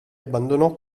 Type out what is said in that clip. abbandonò